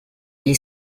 gli